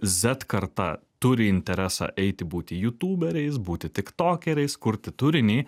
zet karta turi interesą eiti būti jutūberiais būti tiktokeriais kurti turinį